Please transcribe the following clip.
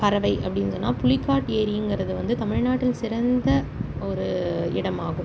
பறவை அப்படின்னு சொன்னால் புலிக்காட்டு ஏரிங்கிறது வந்து தமிழ்நாட்டில் சிறந்த ஒரு இடமாகும்